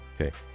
Okay